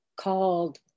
called